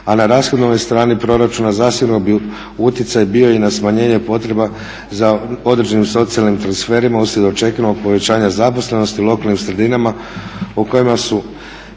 A na rashodovnoj strani proračuna zasigurno bi utjecaj bio i na smanjenje potreba za određenim socijalnim transferima uslijed očekivanog povećanja zaposlenosti u lokalnim sredinama u kojima su